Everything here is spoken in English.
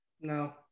No